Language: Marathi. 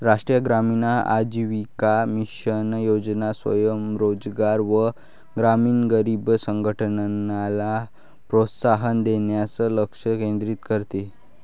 राष्ट्रीय ग्रामीण आजीविका मिशन योजना स्वयं रोजगार व ग्रामीण गरीब संघटनला प्रोत्साहन देण्यास लक्ष केंद्रित करते